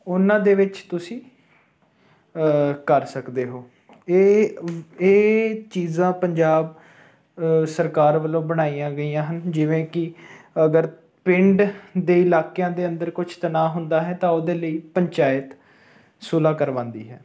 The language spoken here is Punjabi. ਉਹਨਾਂ ਦੇ ਵਿੱਚ ਤੁਸੀਂ ਕਰ ਸਕਦੇ ਹੋ ਇਹ ਵ ਇਹ ਚੀਜ਼ਾਂ ਪੰਜਾਬ ਸਰਕਾਰ ਵੱਲੋਂ ਬਣਾਈਆਂ ਗਈਆਂ ਹਨ ਜਿਵੇਂ ਕਿ ਅਗਰ ਪਿੰਡ ਦੇ ਇਲਾਕਿਆਂ ਦੇ ਅੰਦਰ ਕੁਛ ਤਨਾਅ ਹੁੰਦਾ ਹੈ ਤਾਂ ਉਹਦੇ ਲਈ ਪੰਚਾਇਤ ਸੁਲਹਾ ਕਰਵਾਉਂਦੀ ਹੈ